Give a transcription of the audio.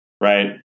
right